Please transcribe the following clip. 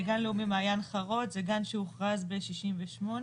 גן לאומי מעין חרוד זה גן שהוכרז בשנת 68',